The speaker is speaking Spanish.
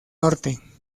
norte